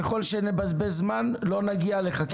ככל שנבזבז זמן לא נגיע לחקיקה.